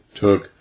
took